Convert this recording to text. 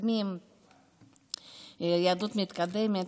יהדות מתקדמת.